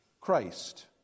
Christ